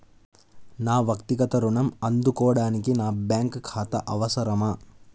నా వక్తిగత ఋణం అందుకోడానికి నాకు బ్యాంక్ ఖాతా అవసరమా?